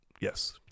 Yes